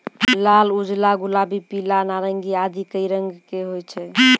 लाल, उजला, गुलाबी, पीला, नारंगी आदि कई रंग के होय छै